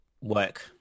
Work